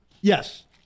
Yes